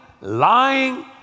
lying